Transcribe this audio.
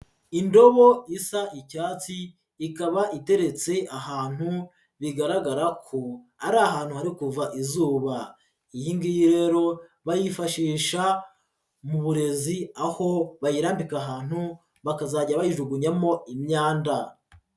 Indobo isa icyatsi, ikaba iteretse ahantu bigaragara ko ari ahantu hari kuva izuba. Iyi ngiyi rero bayifashisha mu burezi, aho bayirambika ahantu bakazajya bayijugunyamo imyanda.